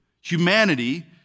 Humanity